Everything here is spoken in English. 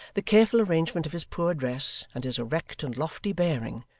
the careful arrangement of his poor dress, and his erect and lofty bearing,